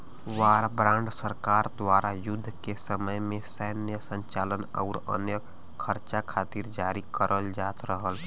war bond सरकार द्वारा युद्ध के समय में सैन्य संचालन आउर अन्य खर्चा खातिर जारी करल जात रहल